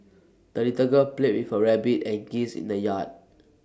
the little girl played with her rabbit and geese in the yard